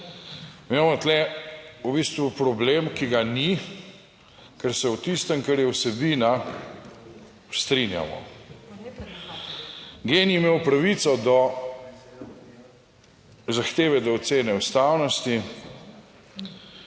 imamo tu v bistvu problem, ki ga ni, ker se v tistem, kar je vsebina, strinjamo. GEN-I je imel pravico do zahteve do ocene ustavnosti